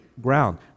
ground